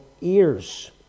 ears